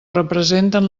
representen